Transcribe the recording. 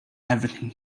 everything